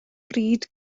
bryd